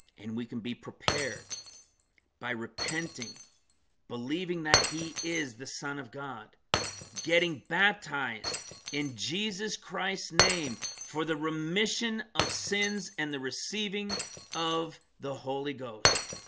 and we can be prepared by repenting believing that he is the son of god getting baptized in jesus christ's name for the remission of sins and the receiving of the holy ghost